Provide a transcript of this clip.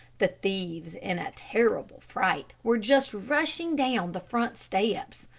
the thieves in a terrible fright were just rushing down the front steps.